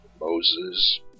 Moses